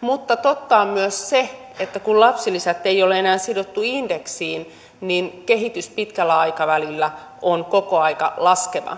mutta totta on myös se että kun lapsilisää ei ole enää sidottu indeksiin niin kehitys pitkällä aikavälillä on koko ajan laskeva